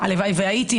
הלוואי והייתי,